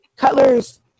Cutler's